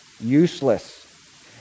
Useless